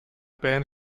band